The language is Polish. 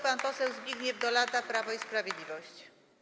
Pan poseł Zbigniew Dolata, Prawo i Sprawiedliwość.